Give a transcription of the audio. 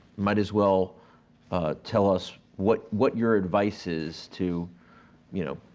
might as well tell us what what your advice is to you know,